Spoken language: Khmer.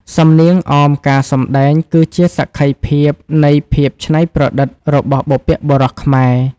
សំនៀងអមការសម្ដែងគឺជាសក្ខីភាពនៃភាពច្នៃប្រឌិតរបស់បុព្វបុរសខ្មែរ។